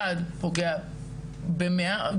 אחד פוגע ב-100,